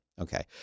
Okay